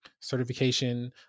certification